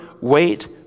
wait